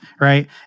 right